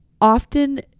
often